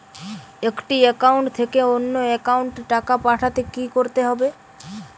একটি একাউন্ট থেকে অন্য একাউন্টে টাকা পাঠাতে কি করতে হবে?